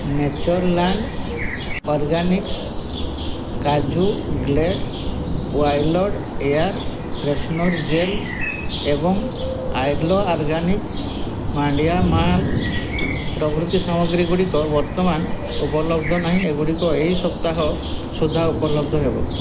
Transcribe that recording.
Natureland Organics କାଜୁ Glade wild air freshener gel ଏବଂ Arya organic ମାଣ୍ଡିଆ ମାଲ୍ଟ ପ୍ରଭୃତି ସାମଗ୍ରୀଗୁଡ଼ିକ ବର୍ତ୍ତମାନ ଉପଲବ୍ଧ ନାହିଁ ଏଗୁଡ଼ିକ ଏହି ସପ୍ତାହ ସୁଦ୍ଧା ଉପଲବ୍ଧ ହେବ